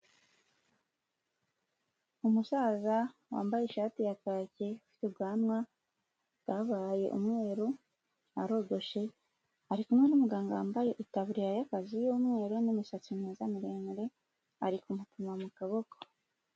Umusaza wambaye ishati ya kaki ufite ubwanwa bwabaye umweru, arogoshe, ari kumwe n'umuganga wambaye itaburiya y'akazi y'umweru n'imisatsi myiza miremure ari kumupima mu kaboko.